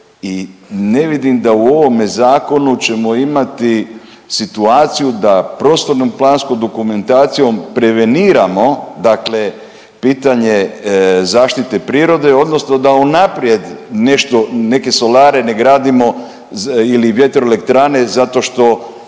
ne vidim da u ovome zakonu ćemo imati situaciju da prostorno planskom dokumentacijom preveniramo dakle pitanje zaštite prirode odnosno da unaprijed nešto, neke solare ne gradimo ili vjetroelektrane zato što